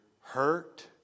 hurt